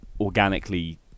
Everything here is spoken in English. organically